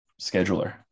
scheduler